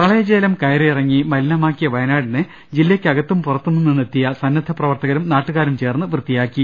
പ്രളയജലം കയറിയിറങ്ങി മലിനമാക്കിയ വയനാടിനെ ജില്ലയ്ക്കകത്തും പുറത്തും നിന്നെത്തിയ സന്നദ്ധ പ്രവർത്തകരും നാട്ടുകാരും ചേർന്ന് വൃത്തിയാക്കി